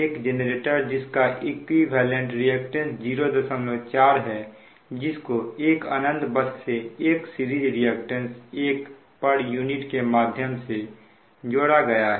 एक जनरेटर जिसका equivalent reactance 04 है जिसको एक अनंत बस से एक सीरीज रिएक्टेंस 1 pu के माध्यम से जोड़ा गया है